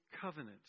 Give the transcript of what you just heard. covenant